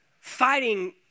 fighting